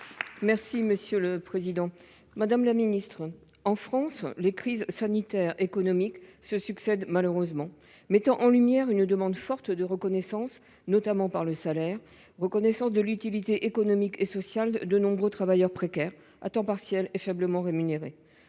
Mme Corinne Féret. Madame la ministre, en France, les crises sanitaires et économiques se succèdent malheureusement, mettant en lumière une demande forte de reconnaissance, notamment par le salaire, de l'utilité économique et sociale de nombreux travailleurs précaires, à temps partiel et faiblement rémunérés.